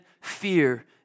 fear